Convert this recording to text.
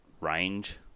range